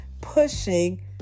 pushing